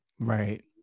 right